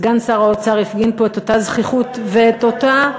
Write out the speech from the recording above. סגן שר האוצר הפגין פה את אותה זחיחות ואת אותה,